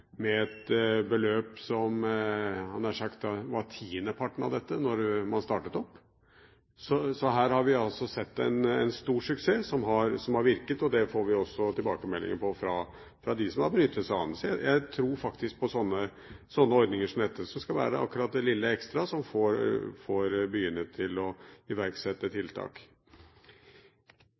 med et beløp som var, jeg hadde nær sagt, tiendeparten av dette da man startet opp. Så her har vi altså sett en stor suksess som har virket, og som vi også får tilbakemeldinger på fra dem som har benyttet seg av den. Så jeg tror faktisk på ordninger som dette, som skal være akkurat det lille ekstra som får byene til å iverksette tiltak.